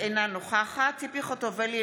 אינה נוכחת ציפי חוטובלי,